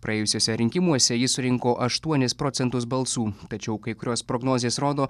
praėjusiuose rinkimuose ji surinko aštuonis procentus balsų tačiau kai kurios prognozės rodo